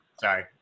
Sorry